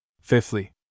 Fifthly